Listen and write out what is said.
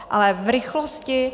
Ale v rychlosti.